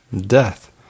death